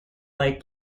like